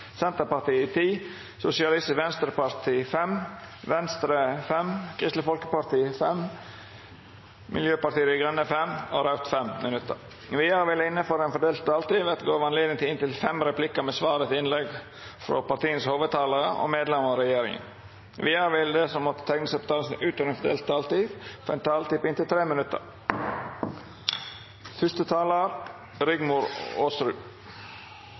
Senterpartiet 10 minutt, Sosialistisk Venstreparti 5 minutt, Venstre 5 minutt, Kristeleg Folkeparti 5 minutt, Miljøpartiet Dei Grøne 5 minutt og Raudt 5 minutt. Vidare vil det – innanfor den fordelte taletida – verta gjeve anledning til inntil fem replikkar med svar etter innlegg frå hovudtalarane til partia og medlemer av regjeringa. Vidare vil dei som måtte teikna seg på talarlista utover den fordelte taletida, få ei taletid på inntil 3 minutt.